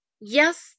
yes